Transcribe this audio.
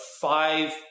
five